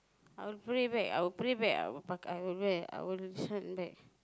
I will pray back I will pray back I will p~ I will listen back